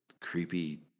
creepy